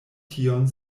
tion